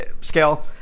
scale